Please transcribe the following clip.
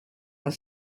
are